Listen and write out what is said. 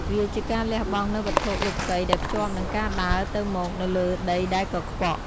វាជាការលះបង់នូវវត្ថុលោកិយដែលភ្ជាប់នឹងការដើរទៅមកនៅលើដីដែលកខ្វក់។